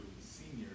senior